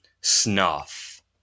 snuff